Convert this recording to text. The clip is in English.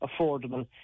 affordable